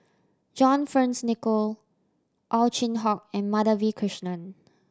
John Fearns Nicoll Ow Chin Hock and Madhavi Krishnan